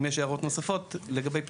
יש הערות נוספות לגבי פטורים,